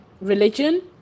religion